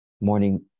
Morning